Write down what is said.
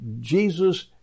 Jesus